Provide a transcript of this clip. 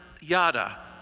yada